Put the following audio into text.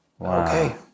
okay